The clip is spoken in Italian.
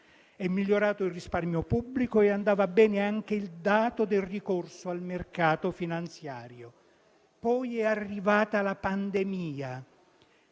È migliorato il risparmio pubblico e andava bene anche il dato del ricorso al mercato finanziario. Poi è arrivata la pandemia